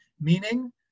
meaning